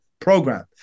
Program